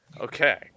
Okay